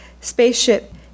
spaceship